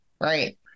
Right